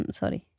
sorry